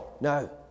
No